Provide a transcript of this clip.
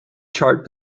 chart